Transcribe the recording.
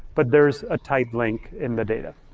but there's a tied link in the data.